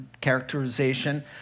characterization